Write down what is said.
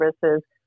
services